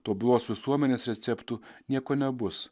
tobulos visuomenės receptų nieko nebus